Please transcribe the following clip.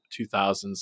2000s